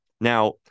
Now